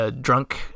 drunk